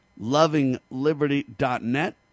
LovingLiberty.net